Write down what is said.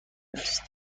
است